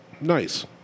Nice